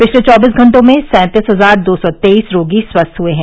पिछले चौबीस घंटों में सैंतीस हजार दो सौ तेईस रोगी स्वस्थ हुए हैं